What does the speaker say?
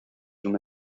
una